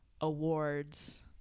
awards